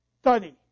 Study